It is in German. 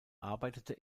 arbeitete